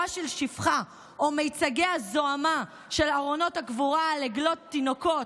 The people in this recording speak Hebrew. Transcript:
של שפחה" או מיצגי הזוהמה של ארונות הקבורה על עגלות תינוקות,